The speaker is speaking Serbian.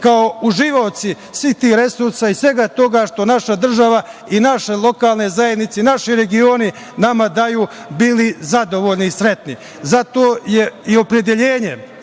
kao uživaoci svih tih resursa i svega toga što naša država i naše lokalne zajednice i naši regioni nama daju bili zadovoljni i sretni. Zato je i opredeljenje